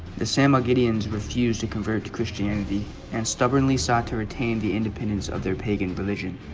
the sam mcgee ins refused to convert to christianity and stubbornly sought to retain the independence of their pagan religion